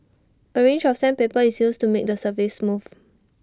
A range of sandpaper is used to make the surface smooth